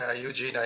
eugene